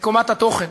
את קומת התוכן.